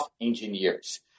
engineers